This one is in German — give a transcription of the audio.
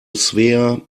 svea